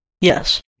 Yes